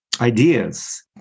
ideas